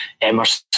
Emerson